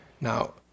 Now